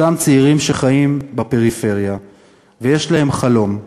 אותם צעירים שחיים בפריפריה ויש להם חלום,